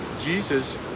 Jesus